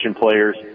players